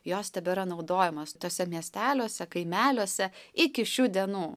jos tebėra naudojamas tuose miesteliuose kaimeliuose iki šių dienų